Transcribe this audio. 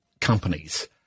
companies